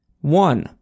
One